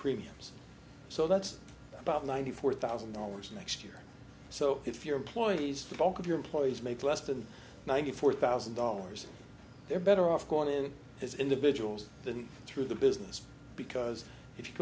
premiums so that's about ninety four thousand dollars next year so if your employees the bulk of your employees make less than ninety four thousand dollars they're better off corning as individuals than through the business because if you